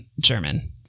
German